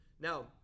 Now